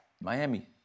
Miami